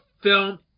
film